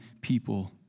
people